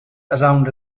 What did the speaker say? around